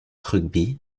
rugby